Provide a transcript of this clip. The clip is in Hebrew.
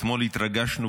אתמול כולנו התרגשנו,